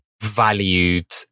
valued